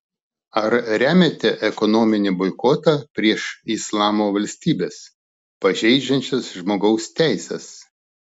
ar remiate ekonominį boikotą prieš islamo valstybes pažeidžiančias žmogaus teises